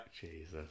Jesus